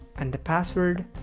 and the password,